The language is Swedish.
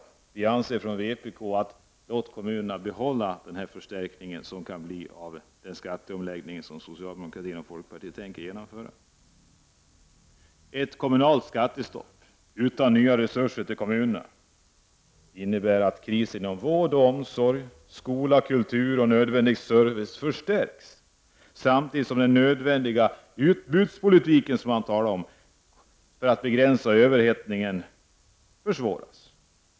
Vi i vpk anser att man skall låta kommunerna behålla den förstärkning som kan följa av den skatteomläggning socialdemokratin och folkpartiet tänker genomföra. Ett kommunalt skattestopp utan nya resurser till kommunerna innebär att krisen inom vård, omsorg, skola, kultur och nödvändig service förstärks, samtidigt som den nödvändiga utbudspolitiken, som man talar om och som är avsedd att begränsa överhettningen, försvåras.